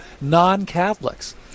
non-Catholics